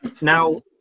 Now